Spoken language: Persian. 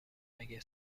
مگه